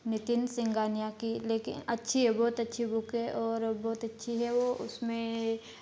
नितिन सिंगानिया की लेकिन अच्छी है बहुत अच्छी बुक है और बहुत अच्छी है वो उसमें